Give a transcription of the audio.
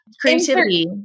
creativity